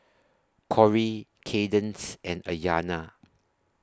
Corrie Kadence and Ayanna